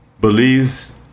Believes